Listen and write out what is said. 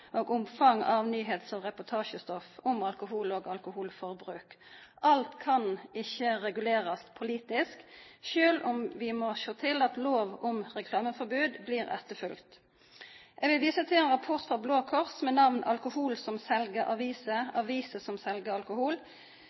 og omfang av nyheits- og reportasjestoff om alkohol og alkoholforbruk. Alt kan ikkje regulerast politisk, sjølv om vi må sjå til at loven om reklameforbod blir følgd. Eg vil visa til ein rapport frå Blå Kors med namn «Alkohol som selger aviser – aviser som selger alkohol»,